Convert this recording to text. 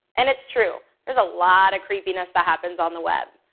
and it's true, there's a lot of creepiness that happens on the web,